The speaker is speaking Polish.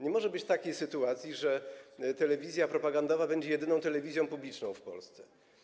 Nie może być takiej sytuacji, że telewizja propagandowa będzie jedyną telewizją publiczną w Polsce.